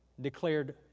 declared